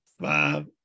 five